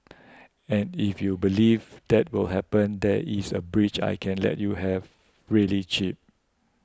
and if you believe that will happen there is a bridge I can let you have really cheap